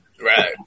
Right